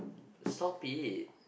stop it